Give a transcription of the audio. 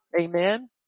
amen